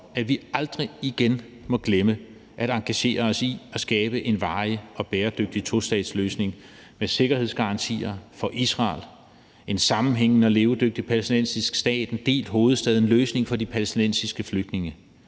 at vi aldrig igen må glemme at engagere os i at skabe en varig og bæredygtig tostatsløsning med sikkerhedsgarantier for Israel, en sammenhængende og levedygtig palæstinensisk stat, en delt hovedstad, en løsning for de palæstinensiske flygtninge,